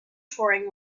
touring